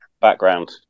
Background